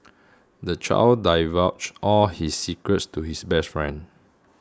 the child divulged all his secrets to his best friend